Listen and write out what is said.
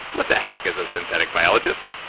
what the heck is a synthetic biologist?